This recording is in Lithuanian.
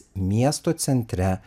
miesto centre